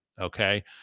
Okay